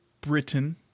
Britain